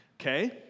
Okay